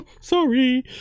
sorry